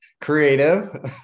creative